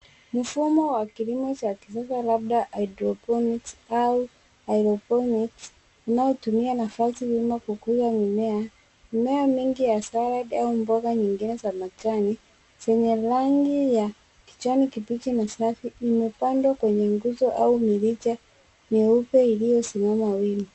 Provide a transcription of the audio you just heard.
Mfumo wa kilimo cha kisasa labda hydroponics au aeroponics inayotumia nafasi wima kukuza mimea. Mimea mingi ya salad au mboga nyingine ya majani zenye rangi ya kijani kibichi zimepandwa na safi imepandwa kwenye nguzo au mirija mieupe iliyosimama wima.